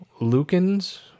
Lucan's